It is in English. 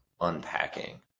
unpacking